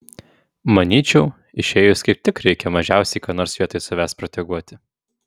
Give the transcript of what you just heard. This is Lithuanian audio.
manyčiau išėjus kaip tik reikia mažiausiai ką nors vietoj savęs proteguoti